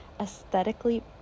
aesthetically